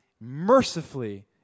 mercifully